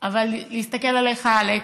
אבל להסתכל עליך, אלכס,